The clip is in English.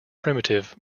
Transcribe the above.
primitive